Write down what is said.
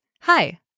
hi